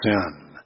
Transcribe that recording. sin